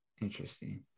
interesting